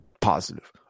Positive